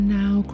now